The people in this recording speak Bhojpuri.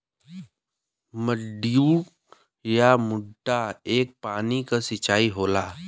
मड्डू या मड्डा एक पानी क सिंचाई होला